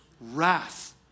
wrath